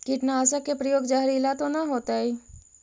कीटनाशक के प्रयोग, जहरीला तो न होतैय?